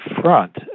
front